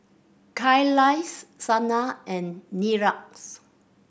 Kailash Sanal and Niraj